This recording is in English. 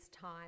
time